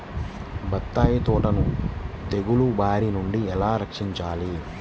బత్తాయి తోటను తెగులు బారి నుండి ఎలా రక్షించాలి?